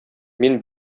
мин